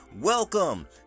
Welcome